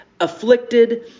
afflicted